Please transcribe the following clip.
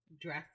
dress